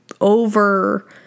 over